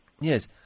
Yes